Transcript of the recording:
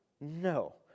No